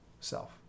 self